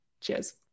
Cheers